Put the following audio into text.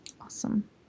Awesome